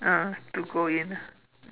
ah to go in